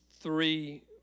three